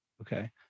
Okay